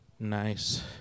Nice